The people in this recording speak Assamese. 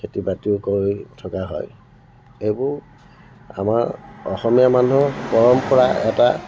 খেতি বাতি কৰি থকা হয় এইবোৰ আমাৰ অসমীয়া মানুহ পৰম্পৰা এটা